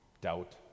doubt